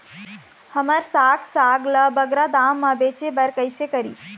हमर साग साग ला बगरा दाम मा बेचे बर कइसे करी?